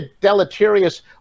deleterious